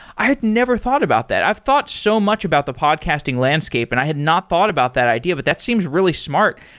i had never thought about that. i've thought so much about the podcasting landscape and i had not thought about that idea. but that seems really smart.